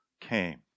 came